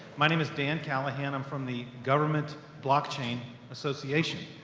my name is dan callahan. i'm from the government blockchain association.